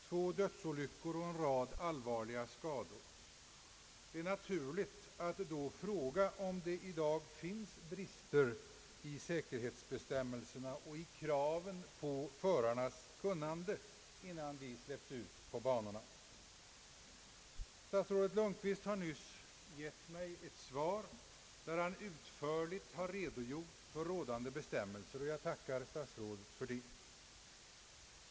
Två dödsolyckor har inträffat och en rad allvarliga skador har uppstått. Det är naturligt att då fråga om det i dag finns brister i säkerhetsbestämmelserna och i kraven på förarnas kunnande innan de släpps ut på banorna. Statsrådet Lundkvist har nyss givit mig ett svar, där han utförligt redogjort för de rådande bestämmelserna, och jag tackar statsrådet för detta.